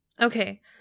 Okay